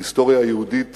ההיסטוריה היהודית